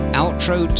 outro